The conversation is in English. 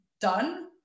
done